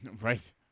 Right